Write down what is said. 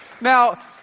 now